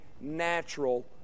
natural